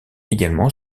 également